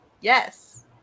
Yes